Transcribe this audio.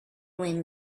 wind